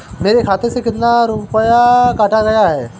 मेरे खाते से कितना रुपया काटा गया है?